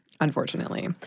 Unfortunately